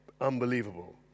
Unbelievable